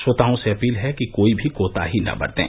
श्रोताओं से अपील है कि कोई भी कोताही न बरतें